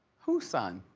whose son?